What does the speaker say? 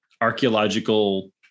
archaeological